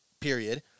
period